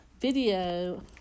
video